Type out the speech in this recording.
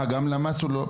גם למ"ס הוא לא...